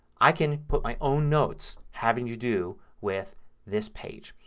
i can put my own notes having to do with this page.